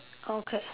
okay